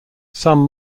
some